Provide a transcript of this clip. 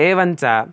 एवञ्च